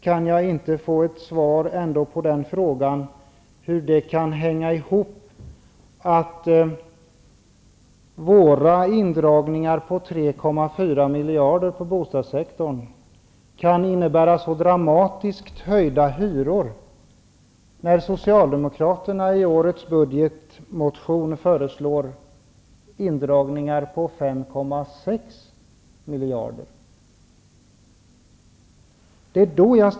Kan jag inte ändå få ett svar på frågan hur det kan hänga ihop att våra indragningar på 3,4 miljarder på bostadssektorn kan innebära så dramatiskt höjda hyror när socialdemokraterna i årets budgetmotion föreslår indragningar på 5,6 miljarder.